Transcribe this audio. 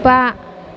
बा